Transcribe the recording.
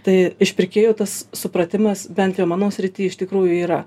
tai iš pirkėjo tas supratimas bent jau mano srity iš tikrųjų yra